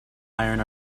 iron